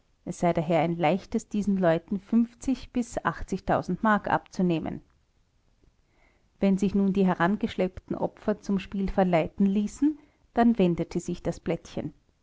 es sei daher ein leichtes diesen leuten bis mark abzunehmen wenn sich nun die herangeschleppten opfer zum spiel verleiten ließen dann wendete sich das blättchen